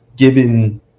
given